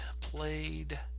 played